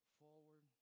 forward